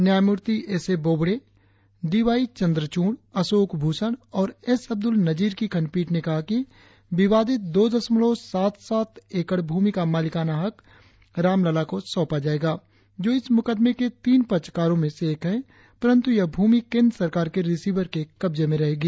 न्यायमूर्ति S A Bobde D Y Chandrachud Ashok Bhushan और S Abdul Nazeer की खंड पीठ ने कहा कि विवादित दो दशमलव सात सात एकड़ भूमि का मालिकाना हक रामलला को सौंपा जाएगा जो इस मुकदमें के तीन पक्षकारों में से एक है परंतु यह भूमि केंद्र सरकार के रिसीवर के कब्जे में रहेगी